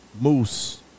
moose